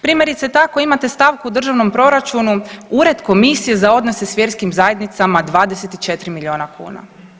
Primjerice tako imate stavku u državnom proračunu Ured komisije za odnose sa vjerskim zajednicama 24 milijuna kuna.